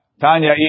tanya